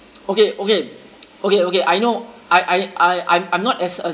okay okay okay okay I know I I I I'm I'm not as a